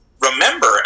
remember